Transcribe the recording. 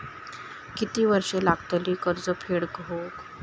किती वर्षे लागतली कर्ज फेड होऊक?